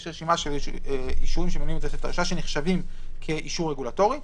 יש רשימה של אישורים שונים שנחשבים כאישור רגולטורי,